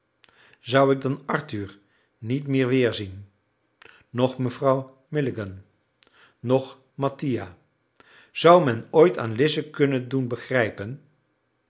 zou ik dan arthur niet meer weerzien noch mevrouw milligan noch mattia zou men ooit aan lize kunnen doen begrijpen